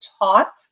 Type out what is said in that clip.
Taught